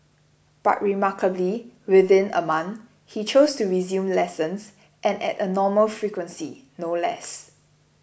but remarkably within a month he chose to resume lessons and at a normal frequency no less